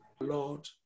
Lord